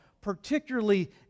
particularly